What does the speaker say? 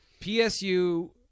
PSU